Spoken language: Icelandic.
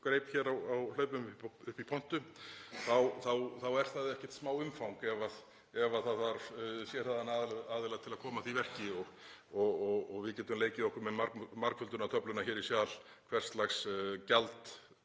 greip hér á hlaupum upp í pontu — þá er það ekkert smá umfang ef það þarf sérhæfða aðila til að koma að því verki. Við getum leikið okkur með margföldunartöfluna hér í sal hvers lags